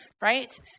Right